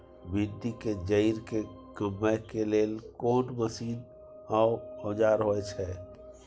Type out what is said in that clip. भिंडी के जईर के कमबै के लेल कोन मसीन व औजार होय छै?